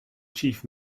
chief